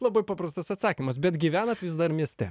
labai paprastas atsakymas bet gyvenat vis dar mieste